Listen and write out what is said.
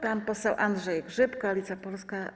Pan poseł Andrzej Grzyb, Koalicja Polska.